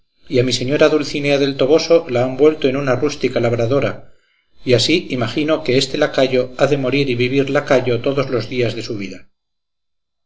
a mi señora dulcinea del toboso la han vuelto en una rústica labradora y así imagino que este lacayo ha de morir y vivir lacayo todos los días de su vida